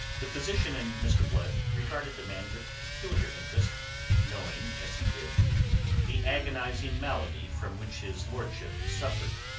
the physician in mr. blood regarded the man with peculiar interest knowing as he did the agonizing malady from which his lordship suffered,